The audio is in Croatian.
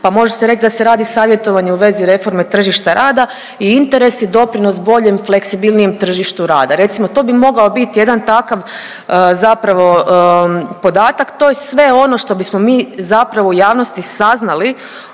pa može se reći da se radi savjetovanje u vezi reforme tržišta rada i interesi, doprinos boljem, fleksibilnijem tržištu rada. Recimo to bi mogao biti jedan takav zapravo podatak, to je sve ono što bismo mi zapravo u javnosti saznali